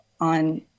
on